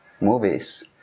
Movies